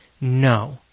No